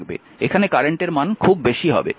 এখানে কারেন্টের মান খুব বেশি হবে